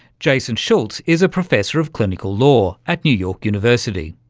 jason schultz is a professor of clinical law at new york university.